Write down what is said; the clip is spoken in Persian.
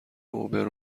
اوبر